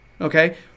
okay